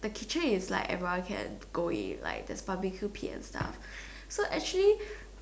a kitchen is like everyone can go in like there's B_B_Q bit and stuffs so actually